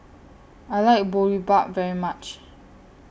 I like Boribap very much